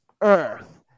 earth